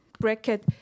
bracket